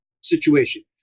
situation